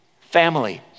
family